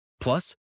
Plus